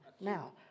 now